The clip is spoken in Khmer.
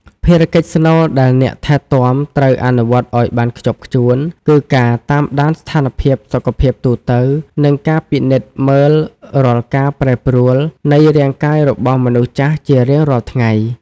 ភារកិច្ចស្នូលដែលអ្នកថែទាំត្រូវអនុវត្តឱ្យបានខ្ជាប់ខ្ជួន គឺការតាមដានស្ថានភាពសុខភាពទូទៅ និងការពិនិត្យមើលរាល់ការប្រែប្រួលនៃរាងកាយរបស់មនុស្សចាស់ជារៀងរាល់ថ្ងៃ។